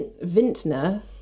vintner